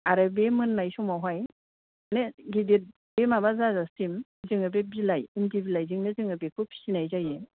आरो बे मोन्नाय समावहाय नो गिदिर बे माबा जाजासिम जोङो बे बिलाइ इन्दि बिलायजोंनो जोङो बेखौ फिसिनाय जायो